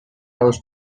loves